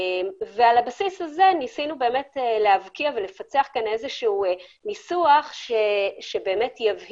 על הבסיס הזה ניסינו להבקיע ולפצח ניסוח שיבהיר